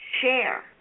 share